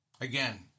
Again